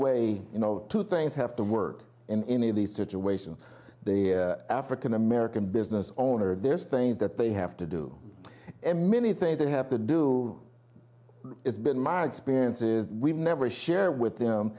way you know two things have to work in any of these situations they african american business owner there's things that they have to do and many things they have to do it's been my experiences we've never share with them